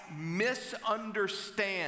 misunderstand